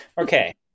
Okay